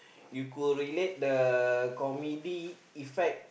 you could relate the comedy effect